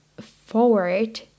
forward